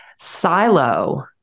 silo